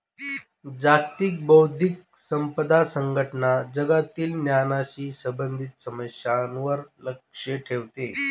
जागतिक बौद्धिक संपदा संघटना जगातील ज्ञानाशी संबंधित समस्यांवर लक्ष ठेवते